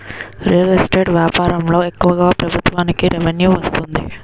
real estate వ్యాపారంలో ఎక్కువగా ప్రభుత్వానికి రెవెన్యూ వస్తుంది